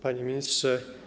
Panie Ministrze!